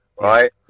right